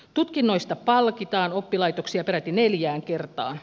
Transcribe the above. tutkinnoista palkitaan oppilaitoksia peräti neljään kertaan